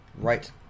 right